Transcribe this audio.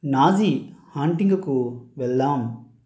Nazi హంటింగ్కి వెళ్దాం